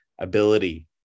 ability